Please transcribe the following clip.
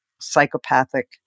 psychopathic